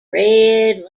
red